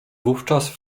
wówczas